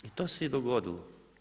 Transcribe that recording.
I to se i dogodilo.